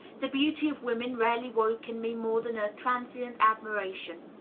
the beauty of women rarely woke in me more than a transient admiration.